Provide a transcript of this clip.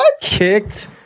Kicked